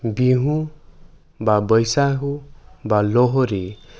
বিহু বা বৈচাহু বা লহৰী